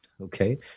Okay